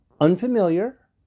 unfamiliar